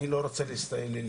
אני לא רוצה לסמוך